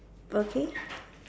okay